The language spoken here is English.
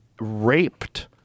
raped